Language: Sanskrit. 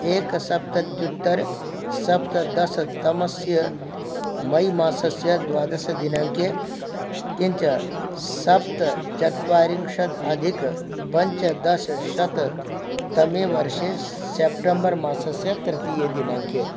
एकसप्तत्युत्तरसप्तदशतमस्य मै मासस्य द्वादशदिनाङ्के किञ्च सप्तचत्वारिंशत् अधिक पञ्चदशशततमे वर्षे स् सेप्टेम्बर् मासस्य तृतीयदिनाङ्के